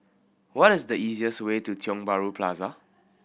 what is the easiest way to Tiong Bahru Plaza